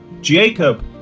Jacob